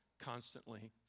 constantly